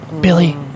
Billy